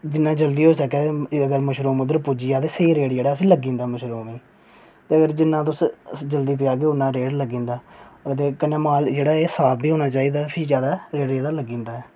जिन्ना जल्दी होई सकै उन्ना जल्दी मशरूम उद्धर पुज्जी जा ते रेट जेह्ड़ा उसी लग्गी जंदा मशरूम गी अगर जिन्ना तुस जल्दी पुज्जागे उन्ना रेट लग्गी जंदा ते कन्नै जेह्ड़ा माल साफ बी होना चाहिदा प्ही रेट एह्दा लग्गी जंदा